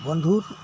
বন্ধুত